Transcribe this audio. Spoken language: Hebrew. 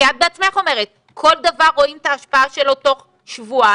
כי את בעצמך אומרת כל דבר רואים את ההשפעה שלו תוך שבועיים,